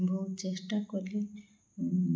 ବହୁତ ଚେଷ୍ଟା କଲି